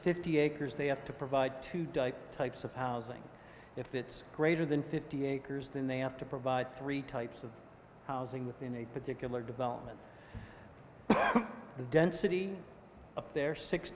fifty acres they have to provide two dike types of housing if it's greater than fifty acres then they have to provide three types of housing within a particular development the density of their six